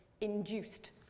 induced